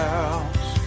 house